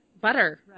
butter